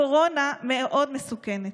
הקורונה מאוד מסוכנת,